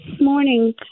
morning